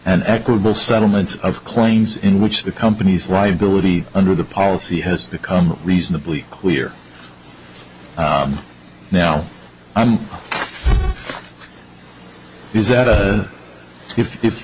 and equitable settlements of claims in which the company's liability under the policy has become reasonably clear now is that if if